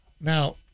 Now